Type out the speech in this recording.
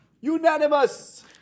Unanimous